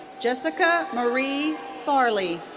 jessica marie farley.